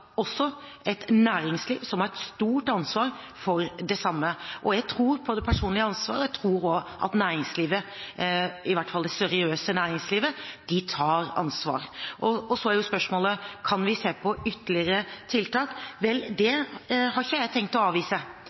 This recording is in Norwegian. også et næringsliv som har et stort ansvar for det samme. Jeg tror på det personlige ansvar, og jeg tror også at næringslivet – i hvert fall det seriøse næringslivet – tar ansvar. Så er spørsmålet: Kan vi se på ytterligere tiltak? Vel, det har jeg ikke tenkt å avvise,